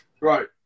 Right